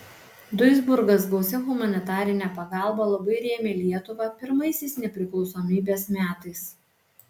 duisburgas gausia humanitarine pagalba labai rėmė lietuvą pirmaisiais nepriklausomybės metais